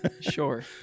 Sure